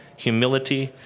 humility,